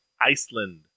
Iceland